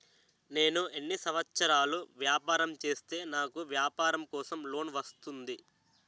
నేను ఎన్ని సంవత్సరాలు వ్యాపారం చేస్తే నాకు వ్యాపారం కోసం లోన్ వస్తుంది?